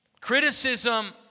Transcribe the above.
Criticism